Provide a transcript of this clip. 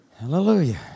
Hallelujah